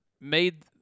made